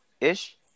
ish